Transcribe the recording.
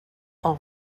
all